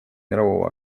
мирового